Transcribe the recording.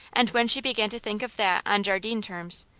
and when she began to think of that on jardine terms,